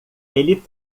ele